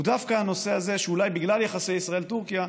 שאולי דווקא בגלל יחסי ישראל טורקיה,